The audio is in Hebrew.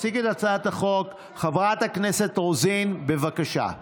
תציג את הצעת החוק חברת הכנסת רוזין, בבקשה.